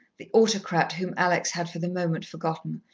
the autocrat whom alex had for the moment forgotten.